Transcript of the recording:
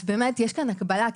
יש פה הקבלה.